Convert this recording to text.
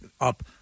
up